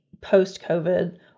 post-COVID